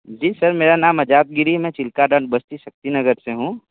जी sir मेरा नाम अजाब गिरी है मैं चिलकादंड बस्ती शक्तिनगर से हूँ